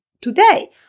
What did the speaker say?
today